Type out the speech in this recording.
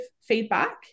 feedback